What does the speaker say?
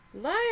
Liar